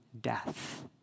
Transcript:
death